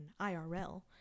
IRL